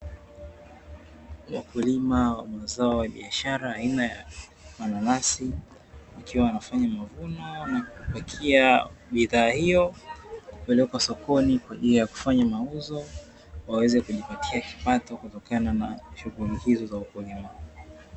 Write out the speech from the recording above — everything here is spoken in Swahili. Wakulima wa mazao ya biashara aina ya mananasi, wakiwa wanafanya mavuno na kupakia bidhaa hiyo kupelekwa sokoni kwa ajili ya kufanya mauzo, waweze kujipatia kipato kutokana na shughuli hizo za ukulima.